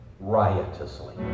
riotously